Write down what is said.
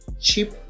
cheap